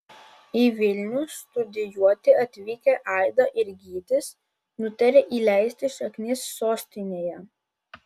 į vilnių studijuoti atvykę aida ir gytis nutarė įleisti šaknis sostinėje